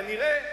כנראה,